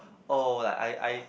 oh like I I